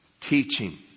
teaching